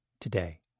today